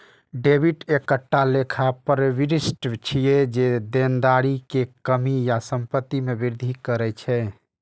debit एकटा लेखा प्रवृष्टि छियै, जे देनदारी मे कमी या संपत्ति मे वृद्धि करै छै